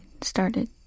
started